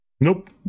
Nope